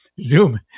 Zoom